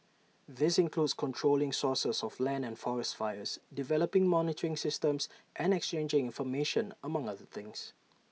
this includes controlling sources of land and forest fires developing monitoring systems and exchanging information among other things